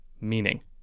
meaning